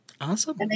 Awesome